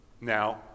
Now